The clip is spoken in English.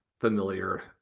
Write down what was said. familiar